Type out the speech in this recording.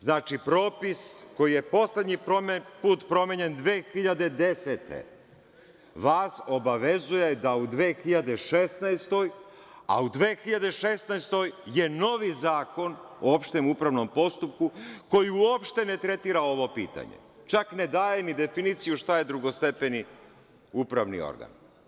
Znači, propis koji je poslednji put promenjen 2010. godine vas obavezuje da u 2016. godini, a u 2016. godini je novi Zakon o opštem upravnom postupku koji uopšte ne tretira ovo pitanje, čak ne daje ni definiciju šta je drugostepeni upravni organ.